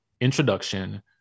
introduction